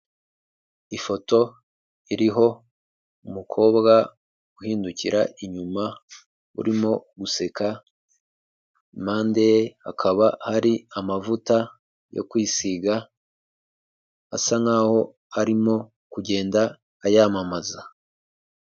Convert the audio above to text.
Ifoto iriho umukobwa uhindukira inyuma, urimo guseka, impande ye hakaba hari amavuta yo kwisiga, asa nkaho arimo kugenda ayamamaza.